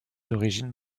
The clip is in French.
origines